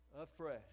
afresh